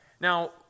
Now